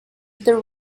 the